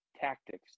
tactics